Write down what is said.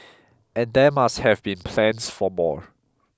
and there must have been plans for more